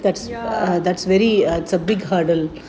ya